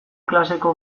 klaseko